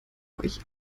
euch